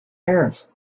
hairs